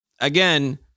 Again